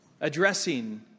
addressing